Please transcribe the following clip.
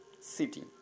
city